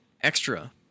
extra